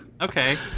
Okay